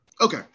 Okay